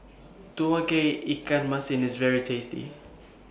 Tauge Ikan Masin IS very tasty